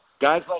guys